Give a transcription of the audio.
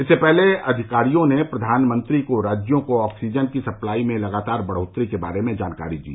इससे पहले अधिकारियों ने प्रधानमंत्री को राज्यों को ऑक्सीजन की सप्लाई में लगातार बढोतरी के बारे में जानकारी दी